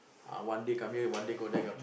one day come here one day go there